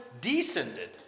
descended